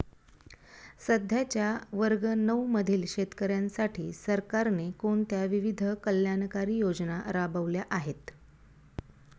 सध्याच्या वर्ग नऊ मधील शेतकऱ्यांसाठी सरकारने कोणत्या विविध कल्याणकारी योजना राबवल्या आहेत?